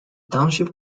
township